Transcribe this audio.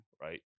Right